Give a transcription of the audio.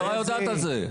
המשטרה יודעת על זה.